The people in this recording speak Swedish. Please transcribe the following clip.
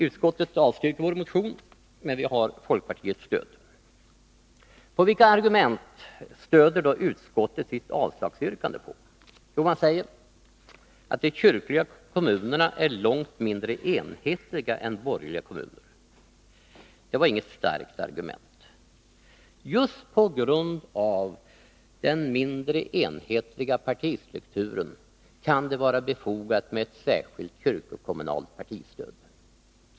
Utskottet avstyrker vår motion, men vi har folkpartiets stöd. På vilka argument stöder då utskottet sitt avslagsyrkande? Jo, man säger att de kyrkliga kommunerna är långt mindre enhetliga än borgerliga kommuner. Det är inget starkt argument. Just på grund av den mindre enhetliga partistrukturen kan det vara befogat med ett särskilt kyrkokommunalt partistöd.